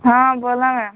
हा बोला मॅम